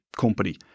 company